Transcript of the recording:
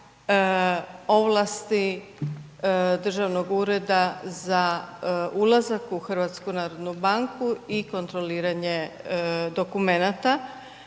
ovlasti državnog ureda za ulazak u HNB i kontroliranje dokumenata.